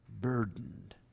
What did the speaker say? burdened